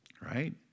Right